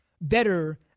better